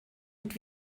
mit